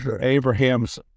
Abraham's